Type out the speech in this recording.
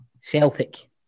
Celtic